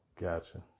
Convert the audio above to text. Gotcha